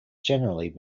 generally